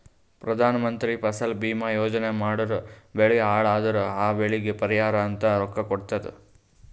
ಪ್ರಧಾನ ಮಂತ್ರಿ ಫಸಲ ಭೀಮಾ ಯೋಜನಾ ಮಾಡುರ್ ಬೆಳಿ ಹಾಳ್ ಅದುರ್ ಆ ಬೆಳಿಗ್ ಪರಿಹಾರ ಅಂತ ರೊಕ್ಕಾ ಕೊಡ್ತುದ್